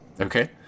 Okay